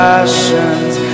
Passions